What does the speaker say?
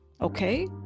Okay